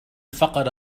فقد